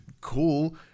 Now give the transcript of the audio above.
cool